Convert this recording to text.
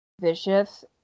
Vicious